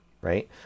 right